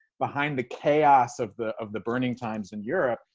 behind the chaos of the of the burning times in europe.